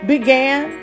Began